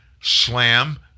slam